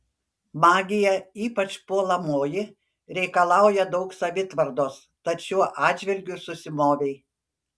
magija ypač puolamoji reikalauja daug savitvardos tad šiuo atžvilgiu susimovei